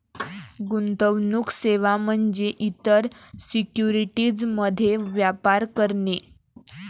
गुंतवणूक सेवा म्हणजे इतर सिक्युरिटीज मध्ये व्यापार करणे